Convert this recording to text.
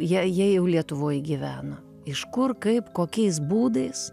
jie jie jau lietuvoj gyveno iš kur kaip kokiais būdais